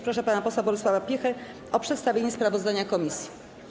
Proszę pana posła Bolesława Piechę o przedstawienie sprawozdania komisji.